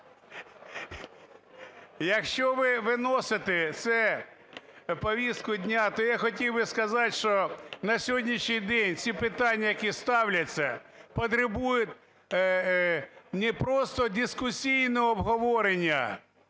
якщо ви виносите це на повістку дня, то я хотів би сказати, що на сьогоднішній день ці питання, які ставляться, потребують не просто дискусійного обговорення,